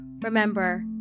Remember